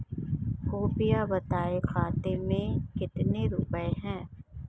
कृपया बताएं खाते में कितने रुपए हैं?